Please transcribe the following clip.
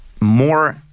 more